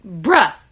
Bruh